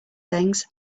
things